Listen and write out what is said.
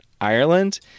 Ireland